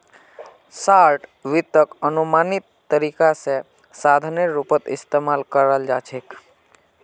short वित्तक अनुमानित तरीका स साधनेर रूपत इस्तमाल कराल जा छेक